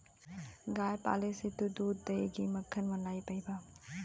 गाय पाले से तू दूध, दही, घी, मक्खन, मलाई पइबा